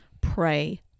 pray